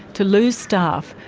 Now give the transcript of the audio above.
to lose staff,